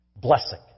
blessing